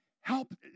Help